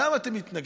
למה אתם מתנגדים?